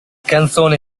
canzone